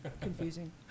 Confusing